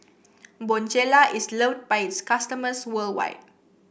Bonjela is loved by its customers worldwide